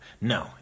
no